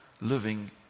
living